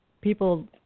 people